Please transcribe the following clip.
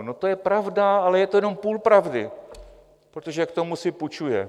No, to je pravda, ale je to jenom půl pravdy, protože k tomu si půjčuje.